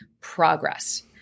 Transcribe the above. progress